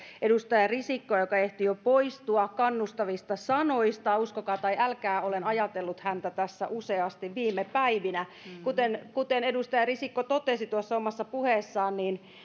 edustaja risikkoa joka ehti jo poistua kannustavista sanoista uskokaa tai älkää olen ajatellut häntä useasti tässä viime päivinä kuten kuten edustaja risikko totesi tuossa omassa puheessaan